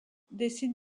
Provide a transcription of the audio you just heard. décide